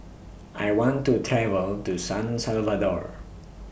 I want to travel to San Salvador